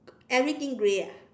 everything grey ah